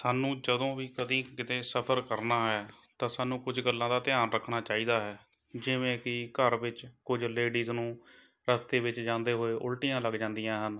ਸਾਨੂੰ ਜਦੋਂ ਵੀ ਕਦੀ ਕਿਤੇ ਸਫ਼ਰ ਕਰਨਾ ਹੈ ਤਾਂ ਸਾਨੂੰ ਕੁਝ ਗੱਲਾਂ ਦਾ ਧਿਆਨ ਰੱਖਣਾ ਚਾਹੀਦਾ ਹੈ ਜਿਵੇਂ ਕਿ ਘਰ ਵਿੱਚ ਕੁਝ ਲੇਡੀਜ ਨੂੰ ਰਸਤੇ ਵਿੱਚ ਜਾਂਦੇ ਹੋਏ ਉਲਟੀਆਂ ਲੱਗ ਜਾਂਦੀਆਂ ਹਨ